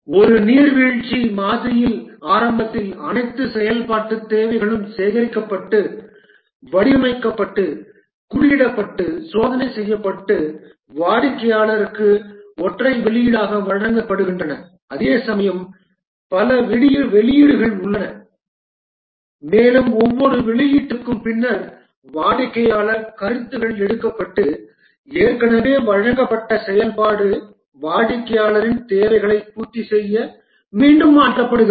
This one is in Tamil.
ஒரு நீர்வீழ்ச்சி மாதிரியில் ஆரம்பத்தில் அனைத்து செயல்பாட்டுத் தேவைகளும் சேகரிக்கப்பட்டு வடிவமைக்கப்பட்டு குறியிடப்பட்டு சோதனை செய்யப்பட்டு வாடிக்கையாளருக்கு ஒற்றை வெளியீடாக வழங்கப்படுகின்றன அதேசமயம் பல வெளியீடுகள் உள்ளன மேலும் ஒவ்வொரு வெளியீட்டிற்கும் பின்னர் வாடிக்கையாளர் கருத்துக்கள் எடுக்கப்பட்டு ஏற்கனவே வழங்கப்பட்ட செயல்பாடு வாடிக்கையாளரின் தேவைகளைப் பூர்த்தி செய்ய மீண்டும் மாற்றப்படுகிறது